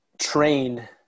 trained